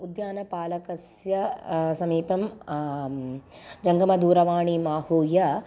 उद्यानपालकस्य समीपं जङ्गमदूरवाणीम् आहूय